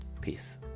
Peace